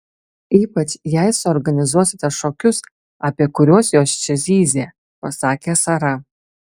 ypač jei suorganizuosite šokius apie kuriuos jos čia zyzė pasakė sara